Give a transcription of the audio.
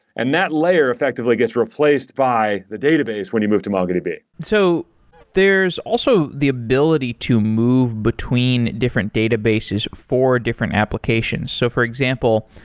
and that letter effectively gets replaced by the database when you move to mongodb. so there's also the ability to move between different databases for different applications. so, for example,